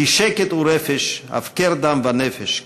"כי שקט הוא רפש / הפקר דם ונפש",